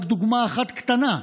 רק דוגמה אחת קטנה: